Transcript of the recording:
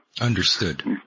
Understood